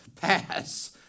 pass